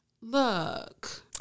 look